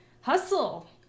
Hustle